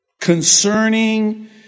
Concerning